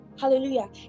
hallelujah